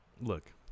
Look